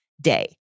day